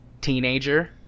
teenager